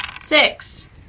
Six